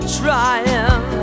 trying